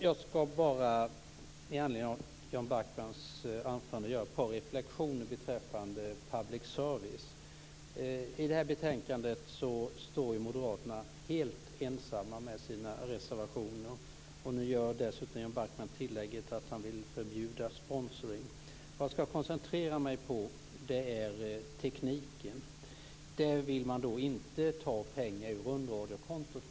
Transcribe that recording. Fru talman! Jag skall med anledning av Jan Backmans anförande bara göra ett par reflexioner beträffande public service. I det här betänkandet står ju Moderaterna helt ensamma med sina reservationer. Nu gör Jan Backman dessutom tillägget att han vill förbjuda sponsring. Vad jag skall koncentrera mig på är tekniken, för vilken man inte vill ta pengar från rundradiokontot.